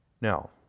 Now